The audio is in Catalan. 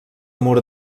mur